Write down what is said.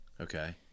Okay